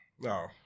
No